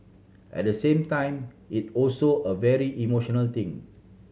at the same time it also a very emotional thing